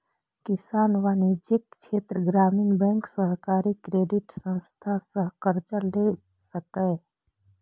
किसान वाणिज्यिक, क्षेत्रीय ग्रामीण बैंक, सहकारी क्रेडिट संस्थान सं कर्ज लए सकैए